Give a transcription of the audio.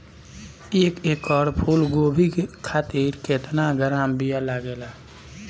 एक एकड़ फूल गोभी खातिर केतना ग्राम बीया लागेला?